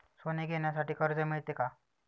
सोने घेण्यासाठी कर्ज मिळते का?